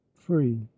free